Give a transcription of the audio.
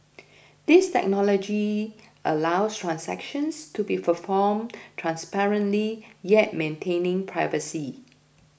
this technology allows transactions to be performed transparently yet maintaining privacy